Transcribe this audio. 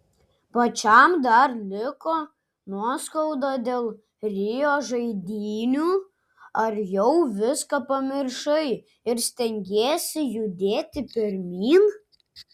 pačiam dar liko nuoskauda dėl rio žaidynių ar jau viską pamiršai ir stengiesi judėti pirmyn